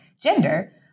gender